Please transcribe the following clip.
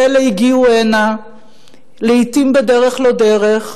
ואלה הגיעו הנה לעתים בדרך לא דרך,